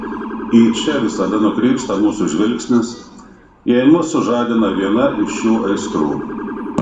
į čia visada nukrypsta mūsų žvilgsnis jei mus sužadina viena iš šių aistrų